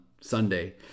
Sunday